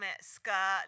skirt